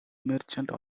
merchant